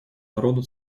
народа